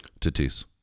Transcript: Tatis